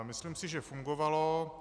Myslím si, že fungovalo.